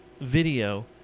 video